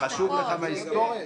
חשוב לך מההיסטוריה?